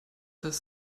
das